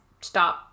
stop